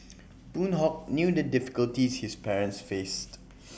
boon Hock knew the difficulties his parents faced